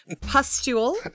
Pustule